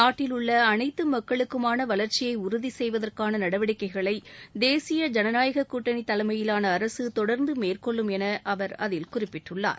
நாட்டிலுள்ள அனைத்து மக்களுக்குமான வளர்ச்சியை உறுதி செய்வதற்கான நடவடிக்கைகளை தேசிய ஜனநாயக கூட்டணி தலைமையிலான அரசு தொடர்ந்து மேற்கொள்ளும் என அவர் அதில் குறிப்பிட்டுள்ளார்